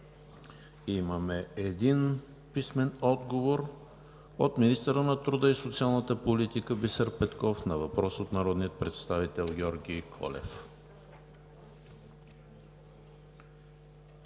Имаме един писмен отговор от министъра на труда и социалната политика Бисер Петков на въпрос от народния представител Георги Колев.